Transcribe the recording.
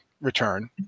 return